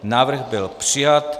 Návrh byl přijat.